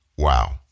Wow